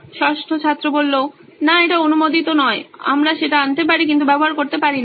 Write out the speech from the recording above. ষষ্ঠ ছাত্র না এটা অনুমোদিত নয় আমরা সেটা আনতে পারি কিন্তু ব্যবহার করতে পারি না